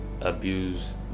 abuse